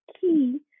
key